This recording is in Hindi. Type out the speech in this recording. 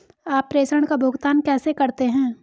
आप प्रेषण का भुगतान कैसे करते हैं?